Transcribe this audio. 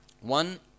One